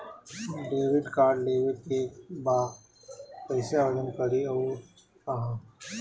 Debit card लेवे के बा कइसे आवेदन करी अउर कहाँ?